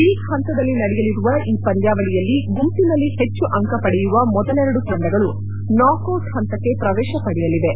league ಹಂತದಲ್ಲಿ ನಡೆಯಲಿರುವ ಈ ಪಂದ್ಲಾವಳಿಯಲ್ಲಿ ಗುಂಪಿನಲ್ಲಿ ಹೆಚ್ಚು ಅಂಕ ಪಡೆಯುವ ಮೊದಲೆರಡು ತಂಡಗಳು ನಾಕೌಟ್ ಹಂತಕ್ಕೆ ಪ್ರವೇಶ ಪಡೆಯಲಿವೆ